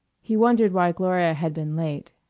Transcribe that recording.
he wondered why gloria had been late.